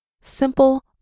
simple